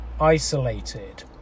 isolated